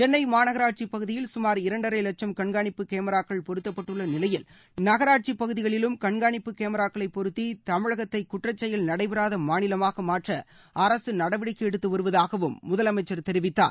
சென்னை மாநகராட்சிப் பகுதியில் சுமார் இரண்டரை லட்சம் கன்கானிப்பு கேமராக்கள் பொருத்தப்பட்டுள்ள நிலையில் நகராட்சிப் பகுதிகளிலும் கண்காணிப்பு கேமராக்களை பொருத்தி தமிழகத்தை குற்றச் செயல் நடைபெறாத மாநிலமாக மாற்ற அரசு நடவடிக்கை எடுத்து வருவதாகவும் முதலமைச்சர் தெரிவித்தார்